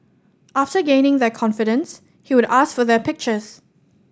after gaining their confidence he would ask for their pictures